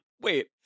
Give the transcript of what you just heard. wait